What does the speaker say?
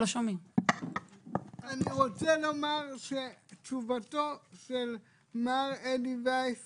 תשובתו של מר אדי וייס